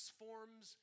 forms